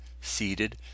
seated